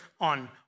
on